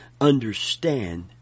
understand